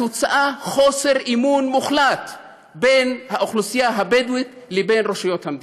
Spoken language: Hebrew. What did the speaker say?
התוצאה היא חוסר אמון מוחלט בין האוכלוסייה הבדואית לבין רשויות המדינה.